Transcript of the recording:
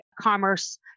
commerce